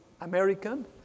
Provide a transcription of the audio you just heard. American